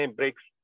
breaks